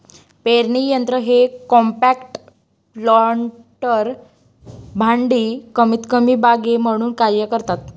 पेरणी यंत्र हे कॉम्पॅक्ट प्लांटर भांडी कमीतकमी बागे म्हणून कार्य करतात